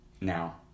now